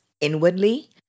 inwardly